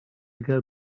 girl